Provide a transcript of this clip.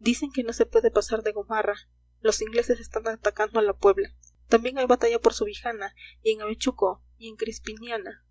dicen que no se puede pasar de gomarra los ingleses están atacando a la puebla también hay batalla por subijana y en avechuco y en crispiniana